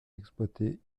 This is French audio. exploiter